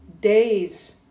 Days